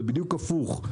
זה בדיוק הפוך.